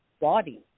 body